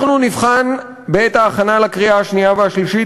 אנחנו נבחן בעת ההכנה לקריאה השנייה והשלישית